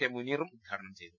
K മുനീറും ഉദ്ഘാടനം ചെയ്തു